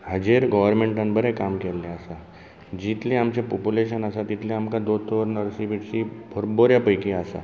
हाजेर गर्वमेंटान बरें काम केल्लें आसा जितलें आमचें पोपूलेशन आसा तितलें आमकां दोतोर नर्सी बिर्सी भर बऱ्या पैकी आसा